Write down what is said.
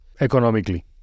economically